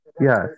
Yes